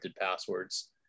passwords